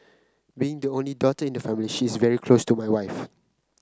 being the only daughter in the family she is very close to my wife